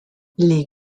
les